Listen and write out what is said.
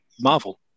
Marvel